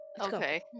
Okay